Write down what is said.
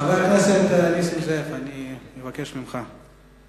חבר הכנסת נסים זאב, אני מבקש ממך.